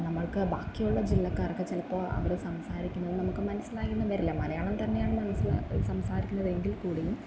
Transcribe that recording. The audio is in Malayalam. നമ്മൾക്ക് ബാക്കിയുള്ള ജില്ലക്കാർക്ക് ചിലപ്പോൾ അവിടെ സംസാരിക്കുന്നത് നമുക്ക് മനസ്സിലായി എന്ന് വരില്ല മലയാളം തന്നെയാണ് മനസിലാകും സംസാരിക്കുന്നതെങ്കിൽക്കൂടിയും